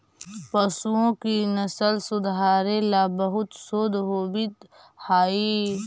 पशुओं की नस्ल सुधारे ला बहुत शोध होवित हाई